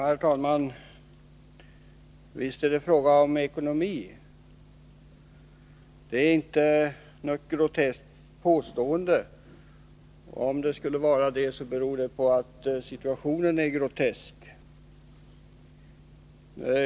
Herr talman! Visst är det fråga om ekonomi. Det är inte något groteskt påstående — om det skulle vara det, så beror det på att situationen är grotesk.